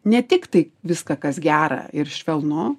ne tik tai viską kas gera ir švelnu